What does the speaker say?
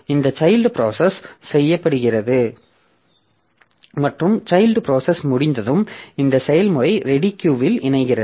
இந்த child process செயல்படுத்துகிறது மற்றும் சைல்ட் ப்ராசஸ் முடிந்ததும் இந்த செயல்முறை ரெடி கியூ இல் இணைகிறது